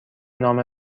نامه